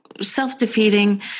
self-defeating